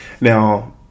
Now